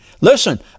Listen